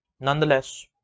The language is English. nonetheless